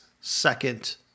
second